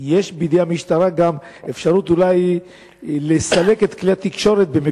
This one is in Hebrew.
יש בידי המשטרה גם אפשרות לסלק את כלי התקשורת,